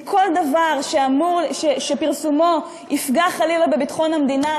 כי כל דבר שפרסומו יפגע חלילה בביטחון המדינה,